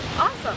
Awesome